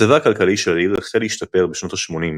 מצבה הכלכלי של העיר החל להשתפר בשנות ה-80,